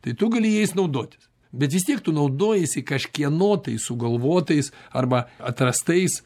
tai tu gali jais naudotis bet vis tiek tu naudojiesi kažkieno tai sugalvotais arba atrastais